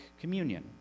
communion